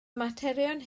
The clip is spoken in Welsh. materion